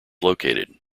located